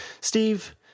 Steve